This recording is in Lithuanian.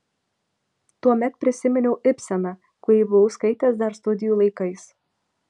tuomet prisiminiau ibseną kurį buvau skaitęs dar studijų laikais